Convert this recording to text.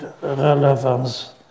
relevance